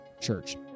church